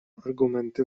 argumenty